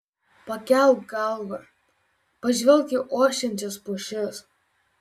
pakelk galvą pažvelk į ošiančias pušis